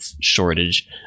shortage